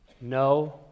no